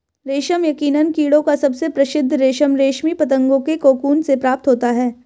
रेशम यकीनन कीड़ों का सबसे प्रसिद्ध रेशम रेशमी पतंगों के कोकून से प्राप्त होता है